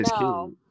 No